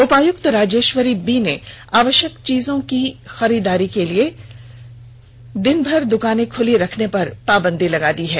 उपायुक्त राजेष्वरी बी ने आवध्यक चीजों की खरीदारी के लिए दिनभर दुकानें खुली रखने पर पाबंदी लगा दी है